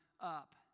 up